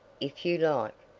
if you like,